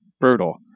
brutal